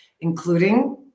including